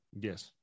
Yes